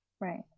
Right